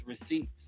receipts